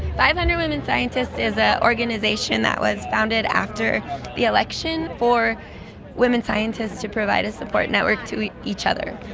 five hundred women scientists is an ah organisation that was founded after the election for women scientists to provide support networks to each each other.